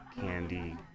candy